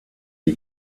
you